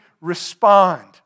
respond